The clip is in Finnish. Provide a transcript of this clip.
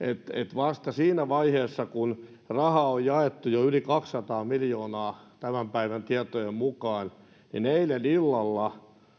vasta siinä vaiheessa kun rahaa on jaettu jo yli kaksisataa miljoonaa tämän päivän tietojen mukaan pääministeri eilen illalla